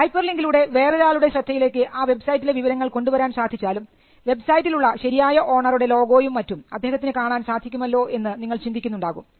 hyper ലിങ്കിലൂടെ വേറൊരാളുടെ ശ്രദ്ധയിലേക്ക് ആ വെബ്സൈറ്റിലെ വിവരങ്ങൾ കൊണ്ടുവരാൻ സാധിച്ചാലും വെബ്സൈറ്റിൽ ഉള്ള ശരിയായ ഓണറുടെ ലോഗോയും മറ്റും അദ്ദേഹത്തിന് കാണാൻ സാധിക്കുമല്ലോ എന്ന് നിങ്ങൾ ചിന്തിക്കുന്നുണ്ടാകും